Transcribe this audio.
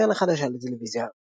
הקרן החדשה לטלוויזיה וקולנוע.